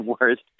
worst